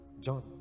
John